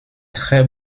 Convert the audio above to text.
très